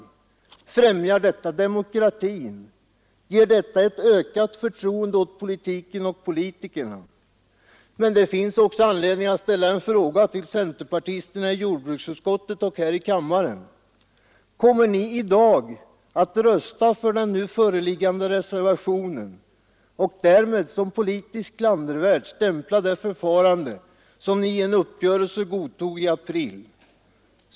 Främjar detta demokratin? Ger detta ökat förtroende åt politiken och politikerna? Men det finns också anledning att fråga centerpartisterna i kammaren: Kommer ni i dag att rösta för den föreliggande reservationen och därmed som politiskt klandervärt stämpla det förfarande som ni i en uppgörelse godtog i april?